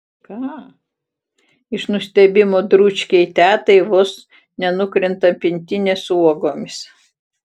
ką iš nustebimo dručkei tetai vos nenukrenta pintinė su uogomis